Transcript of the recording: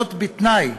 וזאת בתנאי,